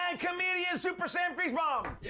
and comedian super sam griesbaum! um yeah